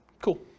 Cool